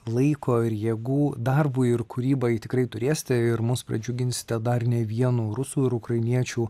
laiko ir jėgų darbui ir kūrybai tikrai turėsite ir mus pradžiuginsite dar ne vienu rusų ir ukrainiečių